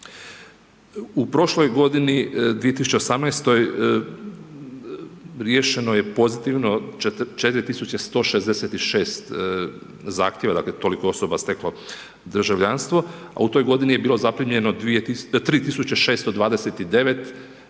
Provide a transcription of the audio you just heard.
U prošloj godini 2018. riješeno je pozitivno 4166 zahtjeva, dakle toliko osoba je steklo državljanstvo a u to godini je bilo zaprimljeno 3629 zahtjeva